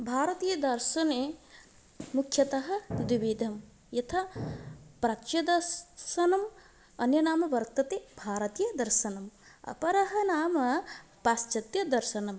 भारतीयदर्शनं मुख्यतः द्विविधं यथा प्राच्यदर्शनम् अन्यनामवर्तते भारतीयदर्शनम् अपरः नाम पाश्चात्यदर्शनम्